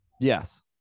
Yes